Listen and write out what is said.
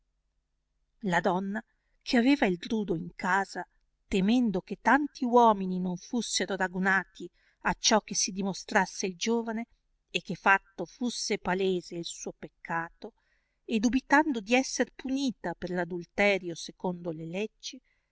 la donna che aveva il drudo in casa temendo che tanti uomini non l'ussero ragunati acciò che si dimostrasse il giovane e che fatto i'usse palese il suo peccato e dubitando di esser punita per l adulterio secondo le leggi